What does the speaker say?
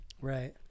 Right